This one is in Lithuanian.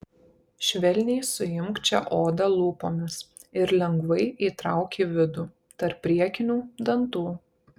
švelniai suimk čia odą lūpomis ir lengvai įtrauk į vidų tarp priekinių dantų